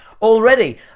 Already